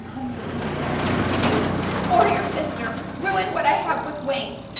kind of let you or your sister ruin what i have with wayne.